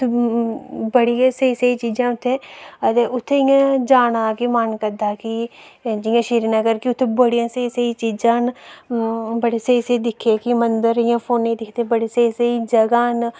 बड़ी गै स्हेई स्हेई चीजां उत्थै आ ते उत्थै इ'यां जाना गी मन करदा कि जि'यां श्रीनगर कि उत्थै बड़ियां स्हेई स्हेई चीजां बड़े स्हेई स्हेई दिक्खे कि मंदर इ'यां फोने च दिखदे बड़े स्हेई स्हेई जगह् न